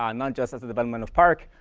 um not just as a development of park,